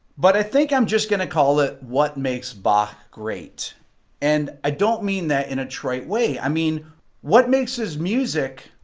but i think i'm just gonna call it. what makes ba great and i don't mean that in a trite way i mean what makes his music?